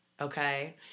Okay